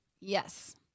Yes